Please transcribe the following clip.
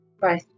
Bye